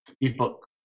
ebook